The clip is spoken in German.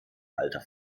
alter